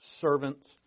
servants